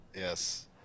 Yes